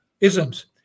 isms